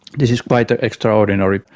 this is quite ah extraordinary,